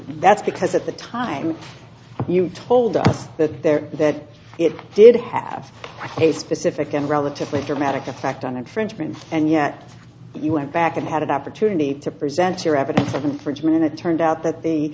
that's because at the time you told us that there that it did have a specific and relatively dramatic effect on infringement and yet you went back and had an opportunity to present your evidence of an infringement and it turned out that